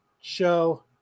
show